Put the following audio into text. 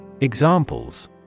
Examples